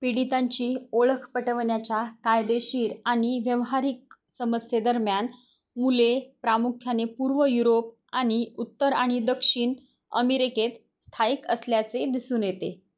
पीडितांची ओळख पटवण्याच्या कायदेशीर आणि व्यावहारिक समस्येदरम्यान मुले प्रामुख्याने पूर्व युरोप आणि उत्तर आणि दक्षिण अमेरिकेत स्थायिक असल्याचे दिसून येते